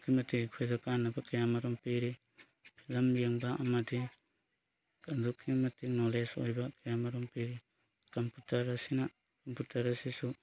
ꯑꯗꯨꯛꯀꯤ ꯃꯇꯤꯛ ꯑꯩꯈꯣꯏꯗ ꯀꯥꯟꯅꯕ ꯀꯌꯥ ꯃꯔꯨꯝ ꯄꯤꯔꯤ ꯐꯤꯂꯝ ꯌꯦꯡꯕ ꯑꯃꯗꯤ ꯑꯗꯨꯛꯀꯤ ꯃꯇꯤꯛ ꯅꯣꯂꯦꯁ ꯑꯣꯏꯔꯤꯕ ꯀꯌꯥꯃꯔꯨꯝ ꯄꯤꯔꯤ ꯀꯝꯄꯨꯇꯔ ꯑꯁꯤꯅ ꯀꯝꯄꯨꯇꯔ ꯑꯁꯤꯁꯨ